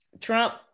Trump